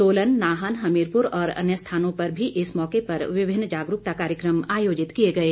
सोलन नाहन हमीरपुर और अन्य स्थानों पर भी इस मौके पर विभिन्न जागरूकता कार्यक्रम आयोजित किए गए